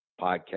podcast